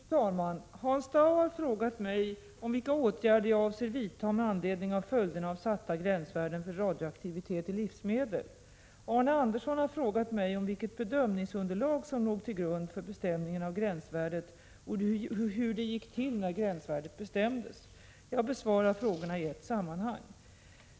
Fru talman! Hans Dau har frågat mig om vilka åtgärder jag avser vidta med anledning av följderna av satta gränsvärden för radioaktivitet i livsmedel. Arne Andersson i Ljung har frågat mig om vilket bedömningsunderlag som låg till grund för bestämningen av gränsvärdet och hur det gick till när gränsvärdet bestämdes. Jag besvarar frågorna i ett sammanhang.